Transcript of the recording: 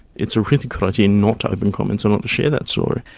it's a really good idea not to open comments or not to share that story.